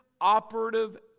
operative